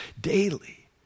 daily